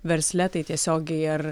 versle tai tiesiogiai ar